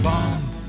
Bond